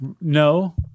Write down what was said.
No